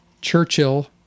Churchill